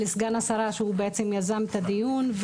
לסגן השרה שהוא בעצם יזם את הדיון,